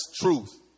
Truth